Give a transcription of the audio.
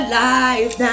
life